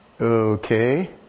Okay